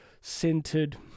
centered